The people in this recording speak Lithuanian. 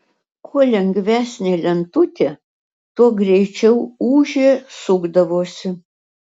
kuo lengvesnė lentutė tuo greičiau ūžė sukdavosi